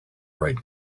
write